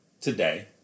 today